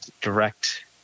direct